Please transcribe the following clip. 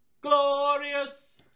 Glorious